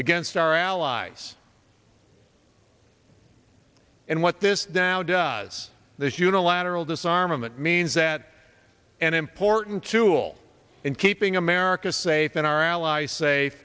against our allies and what this dow does this unilateral disarmament means that an employer certain tool in keeping america safe and our allies say